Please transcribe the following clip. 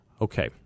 Okay